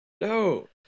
No